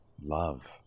love